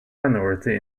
minority